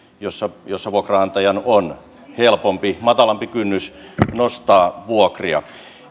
jossa jossa vuokranantajan on helpompi ja sillä on matalampi kynnys nostaa vuokria